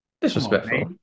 Disrespectful